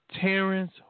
Terrence